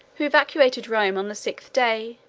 who evacuated rome on the sixth day,